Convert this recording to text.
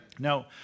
Now